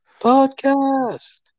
podcast